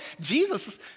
Jesus